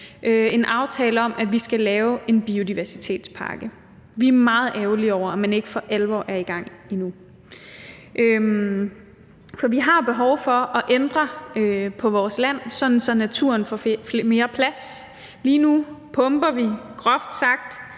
en aftale om, at vi skal lave en biodiversitetspakke. Vi er meget ærgerlige over, at man ikke for alvor er i gang endnu. For vi har behov for at ændre på vores land, sådan at naturen får mere plads. Lige nu pumper vi groft sagt